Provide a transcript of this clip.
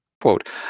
Quote